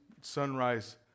Sunrise